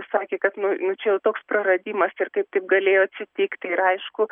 sakė kad nu nu čia jau toks praradimas ir kaip taip galėjo atsitikti ir aišku